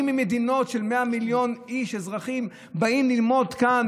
ממדינות של 100 מיליון אזרחים באים ללמוד כאן,